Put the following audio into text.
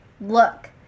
look